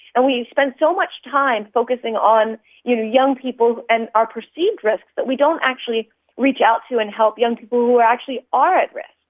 and we spend so much time focusing on you know young people and our perceived risk that we don't actually reach out to and help young people who actually are at risk.